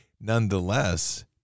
nonetheless